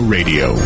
Radio